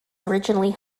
originally